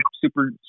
super